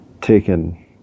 taken